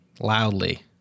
loudly